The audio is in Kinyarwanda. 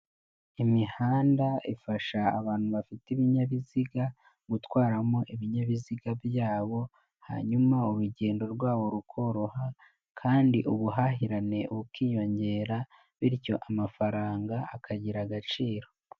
Imihanda ifasha abantu bafite ibinyabiziga gutwaramo ibinyabiziga byabo hanyuma urugendo rwabo rukoroha kandi ubuhahirane bukiyongera bityo amafaranga akagira agaciro.